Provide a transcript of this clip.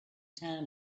town